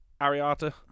Ariata